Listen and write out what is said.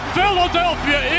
Philadelphia